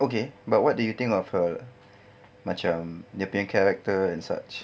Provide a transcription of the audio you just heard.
okay but what do you think of her macam dia punya character and such